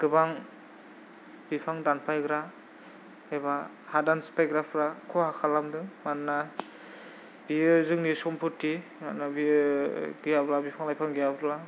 गोबां बिफां दानफायग्रा एबा हादान सिफायग्राफ्रा खहा खालामदों मानोना बेयो जोंनि सम्प'थि लमानोना बेयो गैयाब्ला बिफां लाइफां गैयाब्ला